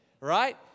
right